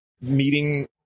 meeting